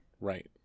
right